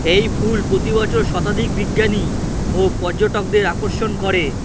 এই ফুল প্রতিবছর শতাধিক বিজ্ঞানী ও পর্যটকদের আকর্ষণ করে